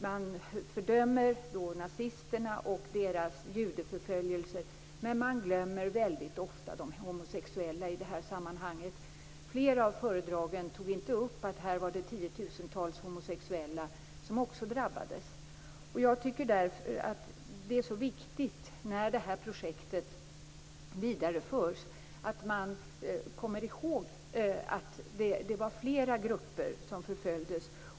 Man fördömer nazisterna och deras judeförföljelser, men man glömmer väldigt ofta de homosexuella i det här sammanhanget. Flera av föredragen tog inte upp att det var tiotusentals homosexuella som också drabbades. Därför tycker jag att det är så viktigt, när det här projektet vidareförs, att man kommer ihåg att det var flera grupper som förföljdes.